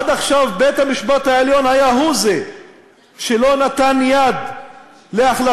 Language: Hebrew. עד עכשיו בית-המשפט העליון היה זה שלא נתן יד להחלטות